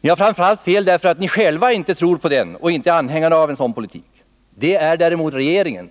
Ni har framför allt fel därför att ni själva inte tror på eller är anhängare av en sådan politik. Det är däremot regeringen.